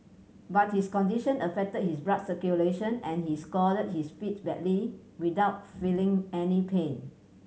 but his condition affected his blood circulation and he scalded his feet badly without feeling any pain